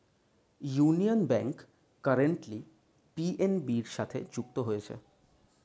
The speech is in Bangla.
ইউনিয়ন ব্যাংক কারেন্টলি পি.এন.বি সাথে যুক্ত হয়েছে